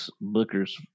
Booker's